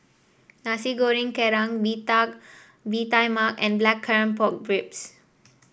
Nasi Goreng Kerang bee Bee Tai Mak and Blackcurrant Pork Ribs